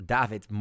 David